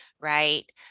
right